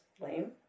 lame